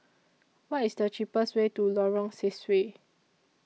What IS The cheapest Way to Lorong Sesuai